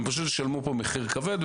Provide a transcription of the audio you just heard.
הם פשוט ישלמו פה מחיר כבד,